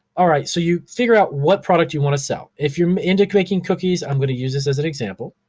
all right, so you figure out what product you wanna sell. if you're into making cookies i'm gonna use this as an example.